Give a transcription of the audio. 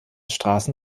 straßen